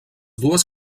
dues